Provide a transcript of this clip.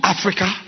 Africa